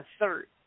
assert